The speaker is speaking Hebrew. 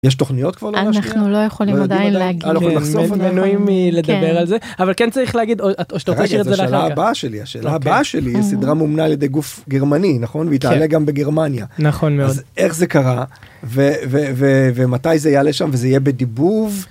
יש תוכניות כבר אנחנו לא יכולים לדבר על זה אבל כן צריך להגיד את השאלה הבאה שלי השאלה הבאה שלי סדרה מומנה לדי גוף גרמני נכון והיא תעלה גם בגרמניה? נכון מאוד איך זה קרה ומתי זה יעלה שם וזה יהיה בדיבוב?